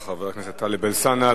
חבר הכנסת טלב אלסאנע,